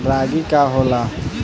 रागी का होला?